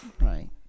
Right